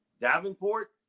Davenport